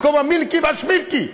במקום המילקי והשמילקי.